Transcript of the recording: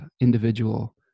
individual